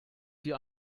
sie